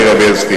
ספק.